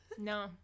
No